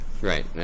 Right